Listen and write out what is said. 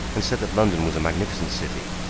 and said that london was a magnificent city.